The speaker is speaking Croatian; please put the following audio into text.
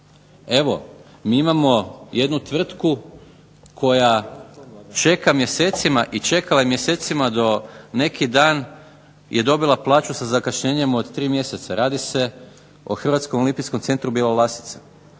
Evo mi imamo jednu tvrtku koja čeka mjesecima i čekala je mjesecima do neki dan, je dobila plaću sa zakašnjenjem od 3 mjeseca, radi se o Hrvatskom olimpijskom centru Bjelolasica.